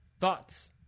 thoughts